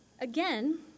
again